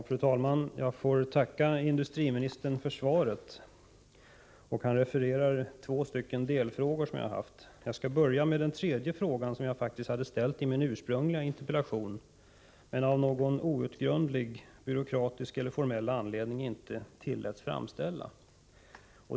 Fru talman! Jag får tacka industriministern för svaret. Industriministern refererar till två delfrågor i interpellationen. Jag skall emellertid börja med en tredje fråga, som jag faktiskt hade med i min ursprungliga interpellation men som jag av någon outgrundlig byråkratisk eller formell anledning inte tilläts framställa.